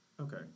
Okay